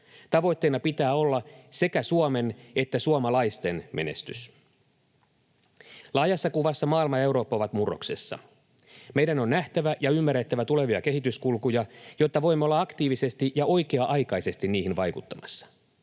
Tavoitteena pitää olla sekä Suomen että suomalaisten menestys. Laajassa kuvassa maailma ja Eurooppa ovat murroksessa. Meidän on nähtävä ja ymmärrettävä tulevia kehityskulkuja, jotta voimme olla aktiivisesti ja oikea-aikaisesti niihin vaikuttamassa.